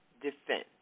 defense